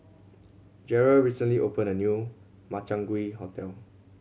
Jerrel recently opened a new Makchang Gui restaurant